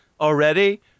already